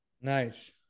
nice